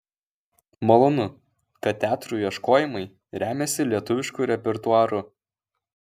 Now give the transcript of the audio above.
malonu kad teatrų ieškojimai remiasi lietuvišku repertuaru